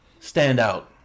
standout